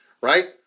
right